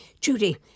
Judy